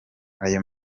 ayo